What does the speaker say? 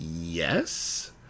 Yes